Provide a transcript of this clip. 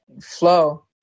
flow